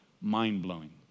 mind-blowing